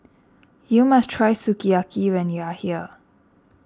you must try Sukiyaki when you are here